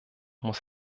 muss